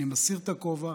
אני מסיר את הכובע,